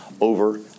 over